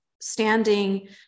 standing